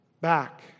back